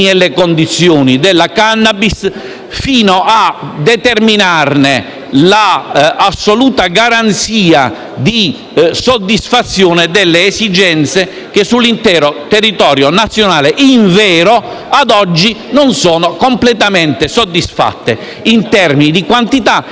fino a determinarne l'assoluta garanzia di soddisfazione delle esigenze che sull'intero territorio nazionale, invero, ad oggi non sono completamente soddisfatte in termini di quantità e in termini di tempestività.